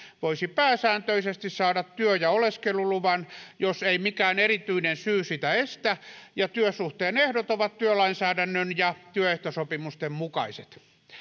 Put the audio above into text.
voisi pääsääntöisesti saada työ ja oleskeluluvan jos ei mikään erityinen syy sitä estä ja työsuhteen ehdot ovat työlainsäädännön ja työehtosopimusten mukaiset